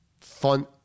fun